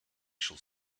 shall